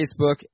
Facebook